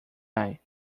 night